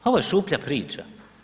Pa ovo je šuplja priča.